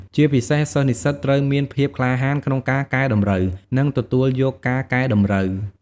ជាពិសេសសិស្សនិស្សិតត្រូវមានភាព ក្លាហានក្នុងការកែតម្រូវ និងទទួលយកការកែតម្រូវ ។